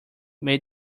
make